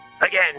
Again